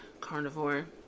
carnivore